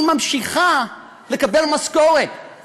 היא ממשיכה לקבל משכורת,